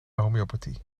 homeopathie